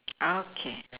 okay